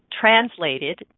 translated